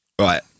Right